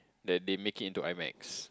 that they make it into Imax